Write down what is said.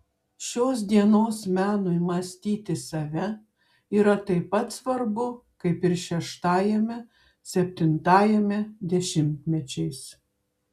šios dienos menui mąstyti save yra taip pat svarbu kaip ir šeštajame septintajame dešimtmečiais